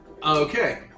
okay